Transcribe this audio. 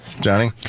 Johnny